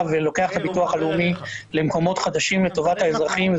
ולוקח את הביטוח הלאומי למקומות חדשים לטובת האזרחים.